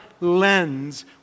lens